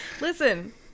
Listen